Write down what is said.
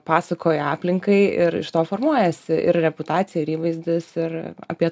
pasakoja aplinkai ir iš to formuojasi ir reputacija ir įvaizdis ir apie